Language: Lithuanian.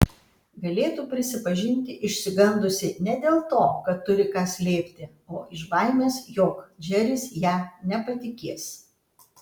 galėtų prisipažinti išsigandusi ne dėl to kad turi ką slėpti o iš baimės jog džeris ja nepatikės